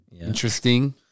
Interesting